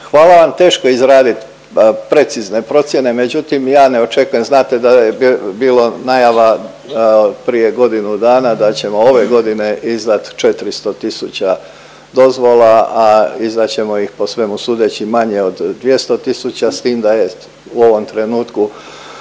Hvala vam. Teško je izradit precizne procjene, među tim ja ne očekujem, znate da je bilo najava prije godinu dana da ćemo ove godine izdat 400 tisuća dozvola, a izdat ćemo ih po svemu sudeći manje od 200 tisuća s tim da je u ovom trenutku